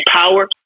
power